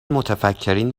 متفکرین